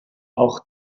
auch